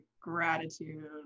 gratitude